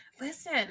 Listen